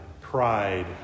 pride